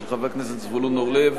של חבר הכנסת זבולון אורלב,